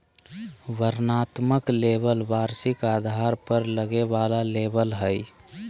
वर्णनात्मक लेबल वार्षिक आधार पर लगे वाला लेबल हइ